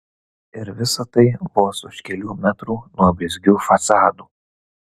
ir visa tai vos už kelių metrų nuo blizgių fasadų